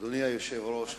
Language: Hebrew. אדוני היושב-ראש,